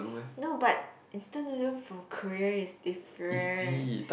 know but instant noodle from Korea is different